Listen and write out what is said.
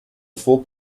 full